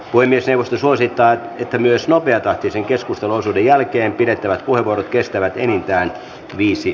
puhemiesneuvosto suosittaa että myös nopeatahtisen keskusteluosuuden jälkeen pidettävät puheenvuorot kestävät enintään viisi